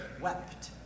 Wept